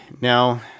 now